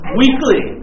weekly